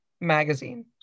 magazine